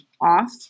off